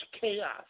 chaos